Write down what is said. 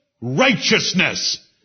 righteousness